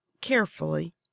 carefully